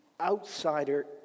outsider